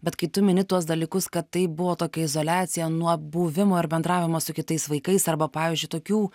bet kai tu mini tuos dalykus kad tai buvo tokia izoliacija nuo buvimo ir bendravimo su kitais vaikais arba pavyzdžiui tokių